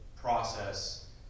process